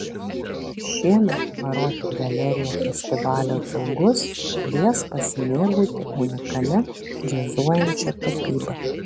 šiemet baroti galerija festivalio draugus kvies pasimėgauti unikalia džiazuojančia tapyba